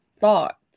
thoughts